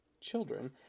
children